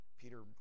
Peter